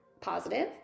positive